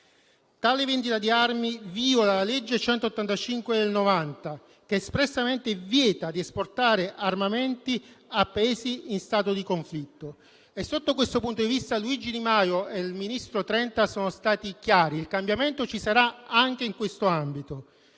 Tale vendita di armi viola la legge n. 185 del 1990, che espressamente vieta di esportare armamenti verso Paesi in stato di conflitto. Sotto questo punto di vista, Luigi Di Maio e il ministro Trenta sono stati chiari: il cambiamento ci sarà anche in questo ambito.